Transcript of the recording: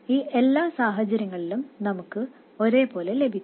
ഈ എല്ലാ സാഹചര്യങ്ങളിലും നമുക്ക് ഒരേപോലെ ലഭിക്കും